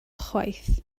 chwaith